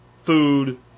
food